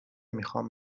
میخوام